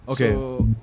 Okay